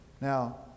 Now